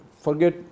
forget